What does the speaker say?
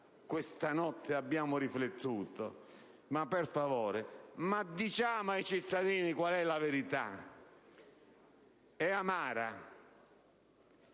Questa notte abbiamo riflettuto? Ma per favore! Diciamo ai cittadini qual è la verità: è amara.